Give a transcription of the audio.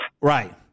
Right